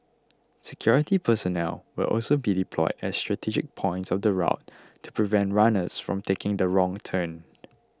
security personnel will also be deployed at strategic points of the route to prevent runners from taking the wrong turn